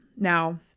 Now